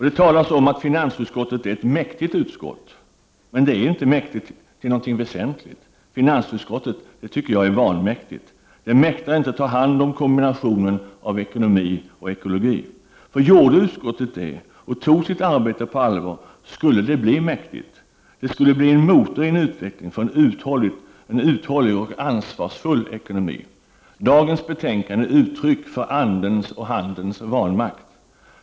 Det talas om att finansutskottet är ett mäktigt utskott. Men det är inte mäktigt till något väsentligt. Finansutskottet tycker jag är vanmäktigt. Det mäktar inte ta hand om kombinationen av ekonomi och ekologi. För gjorde utskottet det och tog sitt arbete på allvar, skulle det bli mäktigt. Det skulle bli en motor i en utveckling för en uthållig och ansvarsfull ekonomi. Dagens betänkande är uttryck för andens och handens vanmakt.